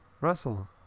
Russell